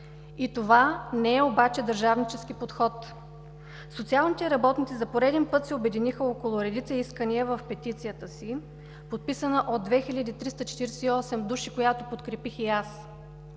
Това не е обаче държавнически подход. Социалните работници за пореден път се обединиха около редица искания в петицията си, подписана от 2348 души, която подкрепих и аз.